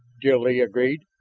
jil-lee agreed.